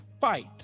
fight